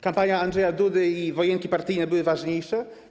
Kampania Andrzeja Dudy i wojenki partyjne były ważniejsze?